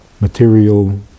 material